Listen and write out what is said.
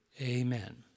Amen